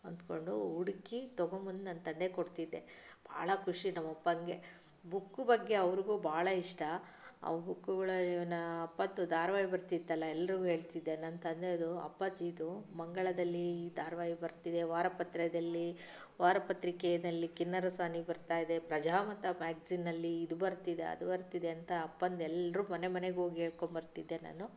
ಅಂದುಕೊಂಡು ಹುಡುಕಿ ತಗೊಂಬಂದು ನನ್ನ ತಂದೆಗೆ ಕೊಡ್ತಿದ್ದೆ ಭಾಳ ಖುಷಿ ನಮ್ಮ ಅಪ್ಪನಿಗೆ ಬುಕ್ ಬಗ್ಗೆ ಅವರಿಗೂ ಭಾಳ ಇಷ್ಟ ಆ ಬುಕ್ಕುಗಳನ ಅಪ್ಪಂದು ಧಾರವಾಹಿ ಬರ್ತಿತ್ತಲ್ಲಾ ಎಲ್ಲರಿಗೂ ಹೇಳ್ತಿದ್ದೆ ನನ್ನ ತಂದೆಯದು ಅಪ್ಪಾಜಿಯದು ಮಂಗಳದಲ್ಲಿ ಧಾರವಾಹಿ ಬರ್ತಿದೆ ವಾರಪತ್ರದಲ್ಲಿ ವಾರಪತ್ರಿಕೆಯಲ್ಲಿ ಕಿನ್ನರ ಸಾನಿ ಬರ್ತಾ ಇದೆ ಪ್ರಜಾಮತ ಮ್ಯಾಗ್ಝಿನ್ನಲ್ಲಿ ಇದು ಬರ್ತಿದೆ ಅದು ಬರ್ತಿದೆ ಅಂತ ಅಪ್ಪನದು ಎಲ್ಲರ ಮನೆ ಮನೆಗೆ ಹೋಗಿ ಹೇಳ್ಕೊಂಬರ್ತಿದ್ದೆ ನಾನು